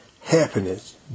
happiness